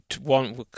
one